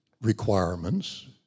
requirements